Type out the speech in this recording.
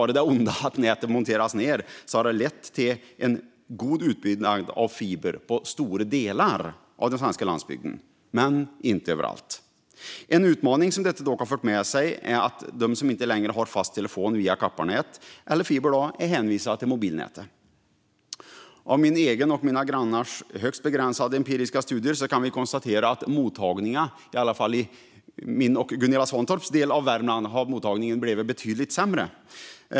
Det onda att nätet har monterats ned har samtidigt lett till en god utbyggnad av fiber på stora delar av den svenska landsbygden, men inte överallt. En utmaning som detta dock har fört med sig är att de som inte längre har fast telefon via kopparnät eller fiber är hänvisade till mobilnätet. Av min egen och mina grannars högst begränsade empiriska studier kan vi konstatera att mottagningen i åtminstone min och Gunilla Svantorps del av Värmland har blivit betydligt sämre.